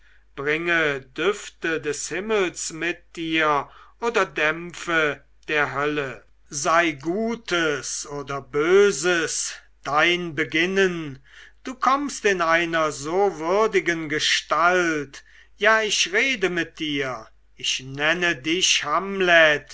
bringe düfte des himmels mit dir oder dämpfe der hölle sei gutes oder böses dein beginnen du kommst in einer so würdigen gestalt ja ich rede mit dir ich nenne dich hamlet